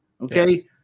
okay